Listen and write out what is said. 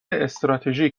استراتژی